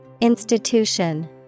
Institution